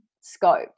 scope